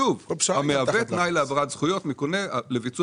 המהווה תנאי להעברת זכויות מקונה לביצוע